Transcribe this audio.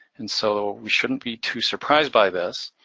and so, we shouldn't be too surprised by this.